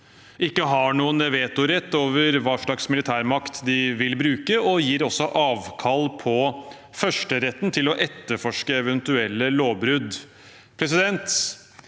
ikke har noen vetorett over hva slags militærmakt de vil bruke, og også gir avkall på førsteretten til å etterforske eventuelle lovbrudd.